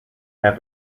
have